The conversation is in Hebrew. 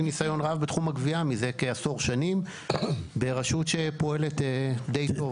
ניסיון רב בתחום הגבייה מזה כעשור שנים ברשות שפועלת די טוב.